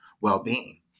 well-being